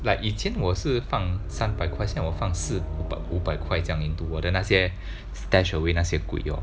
like 以前我是放三百块现在我放四百五百块这样 into 我的那些 stashed away 那些鬼 orh